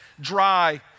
dry